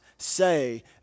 Say